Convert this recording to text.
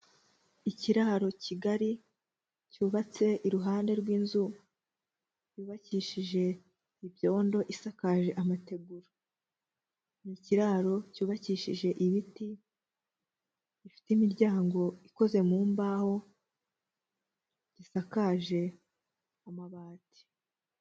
Ikiraro kigari cyubatse iruhande rw'inzu yubakishije ibyondo, isakaje amategura. Ni ikiraro cyubakishije ibiti bifite imiryango ikoze mu mbaho, gisakaje amabati.